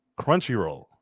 Crunchyroll